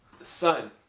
Sun